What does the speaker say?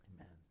amen